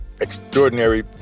extraordinary